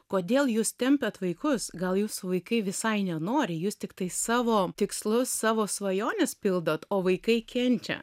kodėl jūs tempiat vaikus gal jūsų vaikai visai nenori jūs tiktai savo tikslus savo svajonės pildot o vaikai kenčia